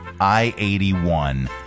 I-81